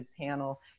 panel